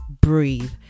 breathe